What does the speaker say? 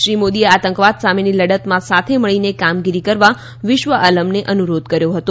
શ્રી મોદીએ આતંકવાદ સામેની લડતમાં સાથે મળીને કામગીરી કરવા વિશ્વ આલમને અનુરોધ કર્યો હતો